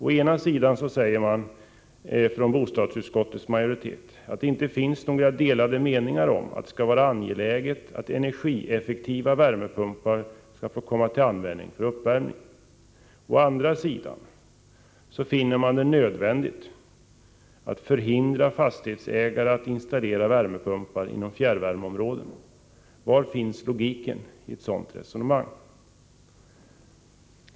Å ena sidan säger bostadsutskottets majoritet att det inte finns några delade meningar om att energieffektiva värmepumpar skall få komma till användning för uppvärmning. Å andra sidan finner man det nödvändigt att förhindra fastighetsägare att installera värmepumpar inom fjärrvärmeområden. Var finns logiken i ett sådant resonemang?